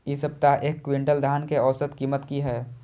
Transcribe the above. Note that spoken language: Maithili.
इ सप्ताह एक क्विंटल धान के औसत कीमत की हय?